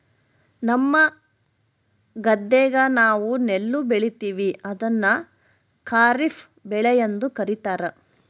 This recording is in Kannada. ನಮ್ಮ ಗದ್ದೆಗ ನಾವು ನೆಲ್ಲು ಬೆಳೀತೀವಿ, ಅದನ್ನು ಖಾರಿಫ್ ಬೆಳೆಯೆಂದು ಕರಿತಾರಾ